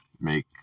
make